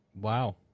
Wow